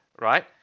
right